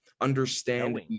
understand